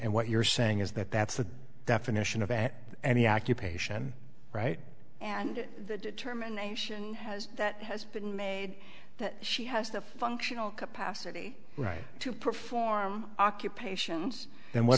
and what you're saying is that that's the definition of at any occupation right and the determination has that has been made that she has the functional capacity right to perform occupation